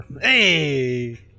hey